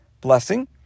blessing